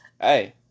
Hey